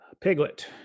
piglet